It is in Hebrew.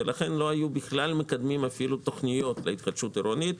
ולכן לא היו בכלל מקדמים אפילו תוכניות להתחדשות עירונית,